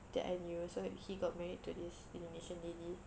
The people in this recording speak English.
that I knew so he got married to this indonesian lady